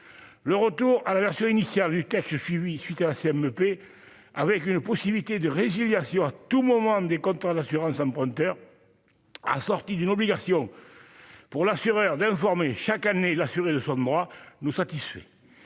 le retour à la version initiale du texte, je suis oui suite à la plaît avec une possibilité de résiliation à tout moment des contrats d'assurance emprunteur, assorti d'une obligation. Pour l'assureur d'informer chaque année l'assuré de son droit nous satisfait,